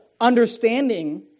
understanding